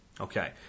Okay